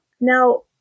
Now